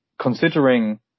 Considering